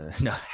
No